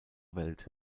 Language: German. welt